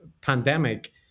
pandemic